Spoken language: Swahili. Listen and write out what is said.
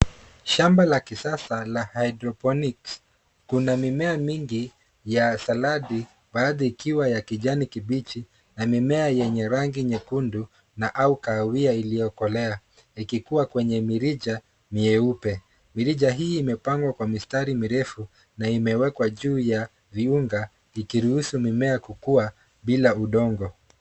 Shamba la kisasa la hydroponics . Kuna mimea mingi ya saladi baadhi ikiwa ya kijani kibichi na mimea yenye rangi nyekundu na au kahawia iliyokolea ikikua kwenye mirija myeupe. Mirija hii imepangwa kwa mistari mirefu na imewekwa juu ya viunga ikiruhusu mimea kukua bila udongo.